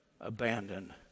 abandoned